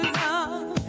love